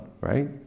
right